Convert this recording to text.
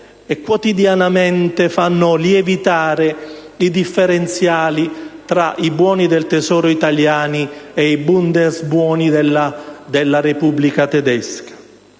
e quotidianamente fanno lievitare i differenziali tra i buoni del Tesoro italiani e i *Bund* della Repubblica tedesca?